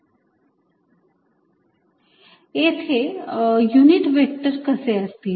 xrsinθcosϕ yrsinθsinϕ tanϕyx येथे unit vector कसे असतील